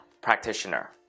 Practitioner